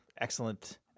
excellent